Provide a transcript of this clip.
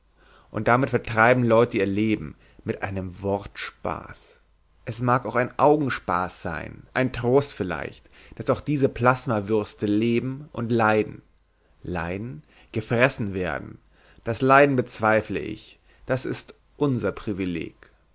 und damit vertreiben leute ihr leben mit einem wortspaß es mag auch ein augenspaß sein ein trost vielleicht daß auch diese plasmawürste leben und leiden leiden gefressen werden das leiden bezweifle ich das ist unser privileg